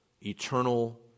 eternal